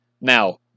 Now